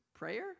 Prayer